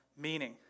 meaning